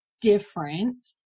different